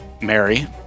Mary